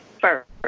first